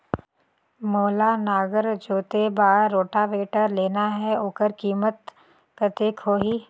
मोला नागर जोते बार रोटावेटर लेना हे ओकर कीमत कतेक होही?